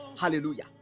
Hallelujah